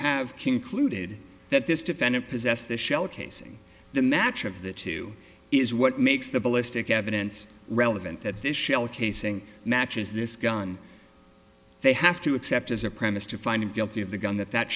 concluded that this defendant possessed the shell casing the match of the two is what makes the ballistic evidence relevant that this shell casing matches this gun they have to accept as a premise to find him guilty of the gun that that